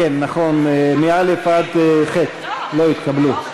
עד ח' לא התקבלו.